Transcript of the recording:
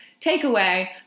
takeaway